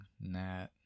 Nat